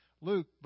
Luke